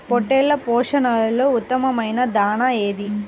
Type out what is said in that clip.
పొట్టెళ్ల పోషణలో ఉత్తమమైన దాణా ఏది?